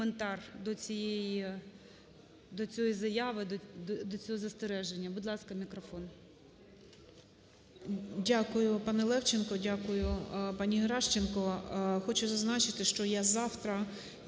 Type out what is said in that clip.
Дякую, пане Левченко, дякую пані Геращенко.